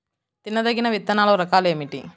తినదగిన విత్తనాల రకాలు ఏమిటి?